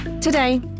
Today